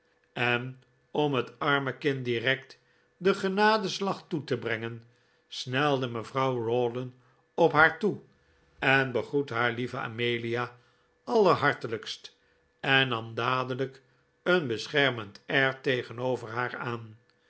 en om het arme kind direct den genadeslag toe te brengen snelde mevrouw rawdon op haar toe en begroette haar lieve amelia allerhartelijkst en nam dadelijk een beschermend air tegenover haar aan